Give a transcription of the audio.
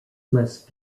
must